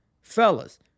Fellas